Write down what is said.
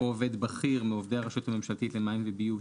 או עובד בכיר מעובדי הרשות הממשלתית למים ולביוב,